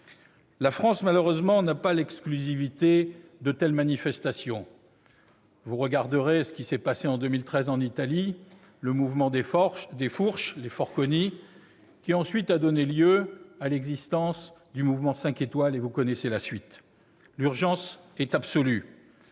La France, malheureusement, n'a pas l'exclusivité de telles manifestations. Voyez ce qui s'est passé en 2013 en Italie, avec le mouvement des « fourches »--, qui a ensuite donné lieu à l'existence du Mouvement 5 étoiles, et vous connaissez la suite. L'urgence est absolue.